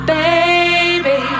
baby